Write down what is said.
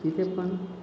तिथे पण